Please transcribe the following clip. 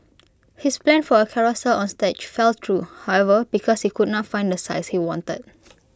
his plan for A carousel on stage fell through however because he could not find the size he wanted